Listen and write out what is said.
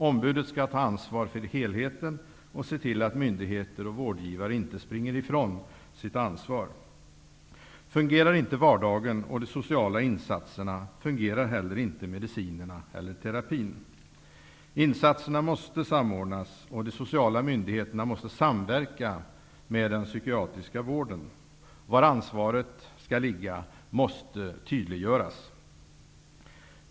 Ombudet skall ta ansvar för helheten och se till att myndigheter och vårdgivare inte springer ifrån sitt ansvar. Fungerar inte vardagen och de sociala insat serna, fungerar heller inte medicinerna eller tera pin. Insatserna måste samordnas, och de sociala myndigheterna måste samverka med den psykia triska vården. Var ansvaret skall ligga måste tyd liggöras!